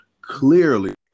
Clearly